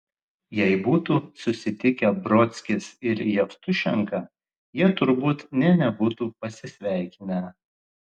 jei būtų susitikę brodskis ir jevtušenka jie turbūt nė nebūtų pasisveikinę